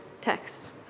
text